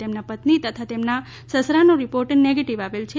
તેમના પત્ની તથા તેમના સસરાનો રિપોર્ટ નેગેટીવ આવેલ છે